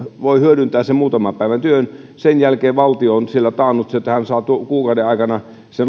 voi hyödyntää sen muutaman päivän työn sen jälkeen valtio on siellä taannut että sieltä saa kuukauden aikana